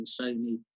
Sony